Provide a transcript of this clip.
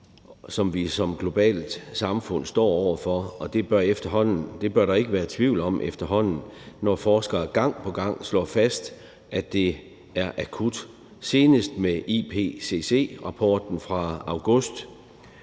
som vi som globalt samfund står over for, og det bør der efterhånden ikke være tvivl om, når forskere gang på gang slår fast, at det er akut, senest med IPCC-rapporten fra august.